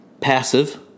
passive